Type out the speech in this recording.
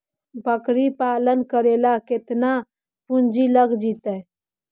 बकरी पालन करे ल केतना पुंजी लग जितै?